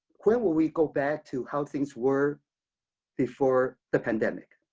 when will we go back to how things were before the pandemic.